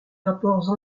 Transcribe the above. rapports